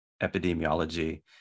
epidemiology